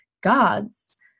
gods